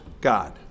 God